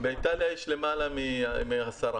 באיטליה יש למעלה מ-10,